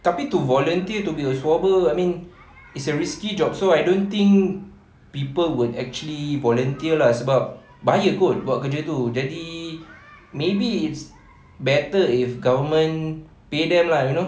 tapi to volunteer to be a swabber I mean is a risky job so I don't think people would actually volunteer lah sebab bahaya kot buat kerja tu jadi maybe it's better if government pay them lah you know